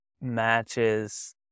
matches